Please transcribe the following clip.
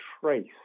trace